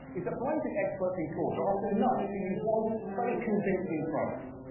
is that forensic experts in court are often nudged to use one very convincing phrase.